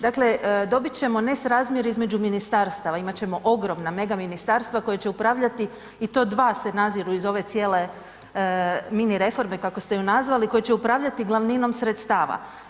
Dakle, dobit ćemo nesrazmjer između ministarstava, imat ćemo ogromna mega ministarstva koja će upravljati i do dva se naziru iz ove cijele mini reforme kako ste ju nazvali koje će upravljati glavninom sredstava.